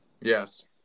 yes